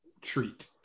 treat